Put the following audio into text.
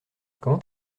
comment